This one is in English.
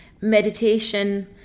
meditation